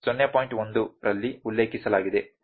1 ರಲ್ಲಿ ಉಲ್ಲೇಖಿಸಲಾಗಿದೆ